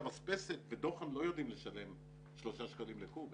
אספסת ודוחן לא יודעים לשלם 3 שקלים לקוב,